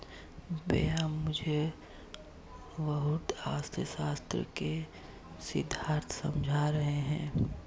भैया मुझे वृहत अर्थशास्त्र के सिद्धांत समझा रहे हैं